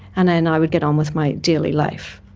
and then i would get on with my daily life.